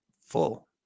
full